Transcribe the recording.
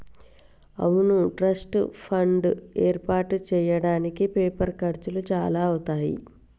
అవును trust fund ఏర్పాటు చేయడానికి పేపర్ ఖర్చులు చాలా అవుతాయి